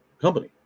company